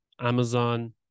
Amazon